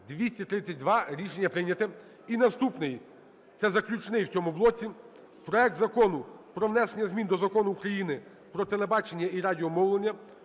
За-232 Рішення прийняте. І наступний – це заключний в цьому блоці: проект Закону про внесення змін до Закону України "Про телебачення і радіомовлення"